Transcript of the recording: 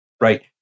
Right